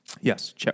Yes